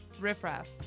Riffraff